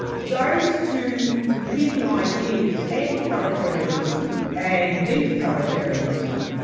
those two competing ideas, anti-authoritarianism and deep authoritarianism,